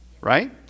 right